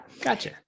Gotcha